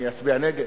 אני אצביע נגד?